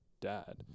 dad